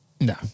No